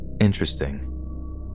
interesting